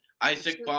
Isaac